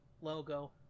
logo